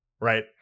right